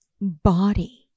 body